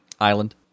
Island